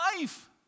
life